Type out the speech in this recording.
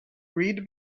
read